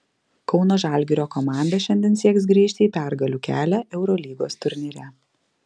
kauno žalgirio komanda šiandien sieks grįžti į pergalių kelią eurolygos turnyre